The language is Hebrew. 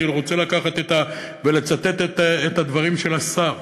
אני רוצה לצטט את הדברים של השר.